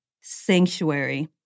Sanctuary